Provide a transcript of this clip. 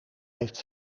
heeft